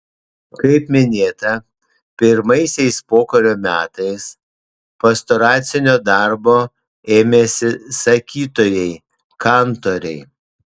kaip minėta pirmaisiais pokario metais pastoracinio darbo ėmėsi sakytojai kantoriai